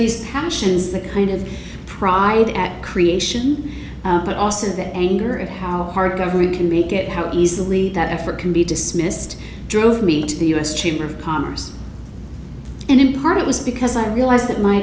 these passions the kind of pride at creation but also the anger at how government can make it how easily that effort can be dismissed drove me to the u s chamber of commerce and in part it was because i realize that my